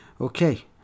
Okay